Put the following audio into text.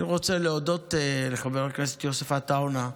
אני רוצה להודות לחבר הכנסת יוסף עטאונה,